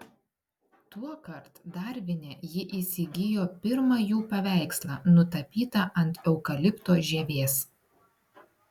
tuokart darvine ji įsigijo pirmą jų paveikslą nutapytą ant eukalipto žievės